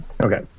Okay